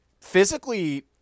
Physically